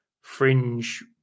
fringe